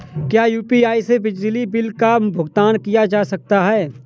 क्या यू.पी.आई से बिजली बिल का भुगतान किया जा सकता है?